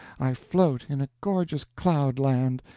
i float in a gorgeous cloud land,